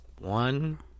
one